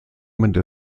main